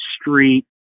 Street